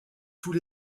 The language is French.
tous